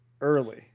early